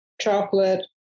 chocolate